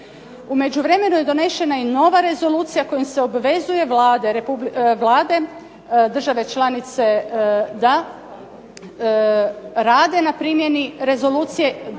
U međuvremenu je donesena i nova rezolucija kojom se obvezuje vlade država članica da rade na primjeni rezolucije,